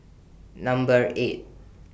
Number eight